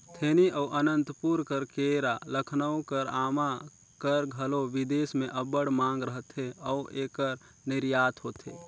थेनी अउ अनंतपुर कर केरा, लखनऊ कर आमा कर घलो बिदेस में अब्बड़ मांग रहथे अउ एकर निरयात होथे